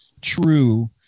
true